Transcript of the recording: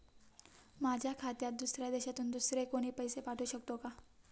माझ्या खात्यात दुसऱ्या देशातून दुसरे कोणी पैसे पाठवू शकतो का?